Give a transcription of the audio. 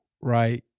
right